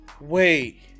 wait